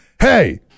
Hey